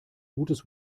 gutes